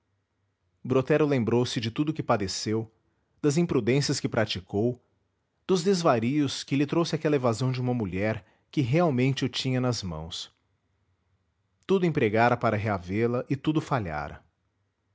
brotero lembrou-se de tudo o que padeceu das imprudências que praticou dos desvarios que lhe trouxe aquela evasão de uma mulher que realmente o tinha nas mãos tudo empregara para reavê-la e tudo falhara